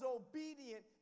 obedient